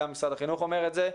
גם משרד החינוך אומר את זה,